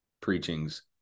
preachings